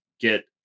get